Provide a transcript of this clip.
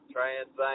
Trans